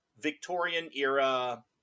Victorian-era